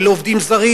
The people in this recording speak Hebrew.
של עובדים זרים,